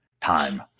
Time